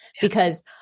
because-